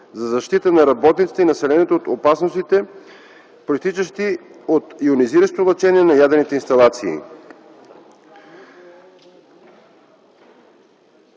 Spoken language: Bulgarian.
за защита на работниците и на населението от опасностите, произтичащи от йонизиращото лъчение на ядрените инсталации.